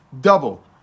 Double